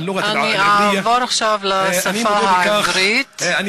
אני אעבור עכשיו לשפה העברית.) אני מודה על כך,